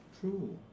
True